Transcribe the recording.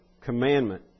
commandment